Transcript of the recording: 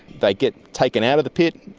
they get taken out the pit,